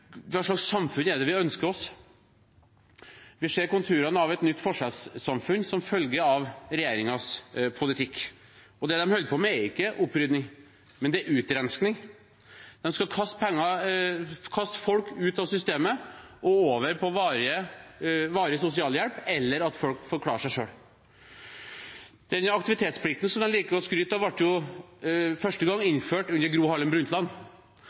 hva slags samfunn vi ønsker oss. Vi ser konturene av et nytt forskjellssamfunn som følge av regjeringens politikk. Det de holder på med, er ikke opprydning, men utrenskning. De skal kaste folk ut av systemet og over på varig sosialhjelp eller la dem klare seg selv. Aktivitetsplikten som de liker å skryte av, ble jo innført for første gang under Gro Harlem Brundtland.